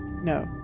No